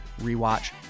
rewatch